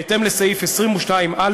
בהתאם לסעיף 22(א)